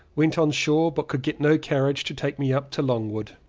went on shore but could get no carriage to take me up to longwood.